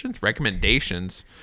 recommendations